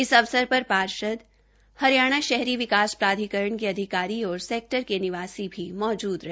इस अवसर पर पार्षद हरियाणा शहरी विकास प्राधिकरण के अधिकारी और सेक्टर के निवासी भी मौजूद रहे